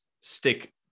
stick